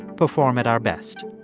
perform at our best.